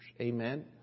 amen